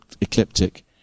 ecliptic